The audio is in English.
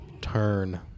turn